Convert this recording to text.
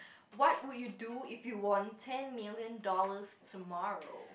what would you do if you won ten million dollars tomorrow